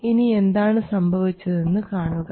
ഇനി എന്താണ് സംഭവിച്ചതെന്ന് കാണുക